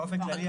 באופן כללי,